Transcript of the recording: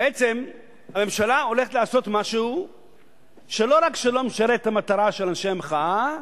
בעצם הממשלה הולכת לעשות משהו שלא רק שלא משרת את המטרה של אנשי המחאה,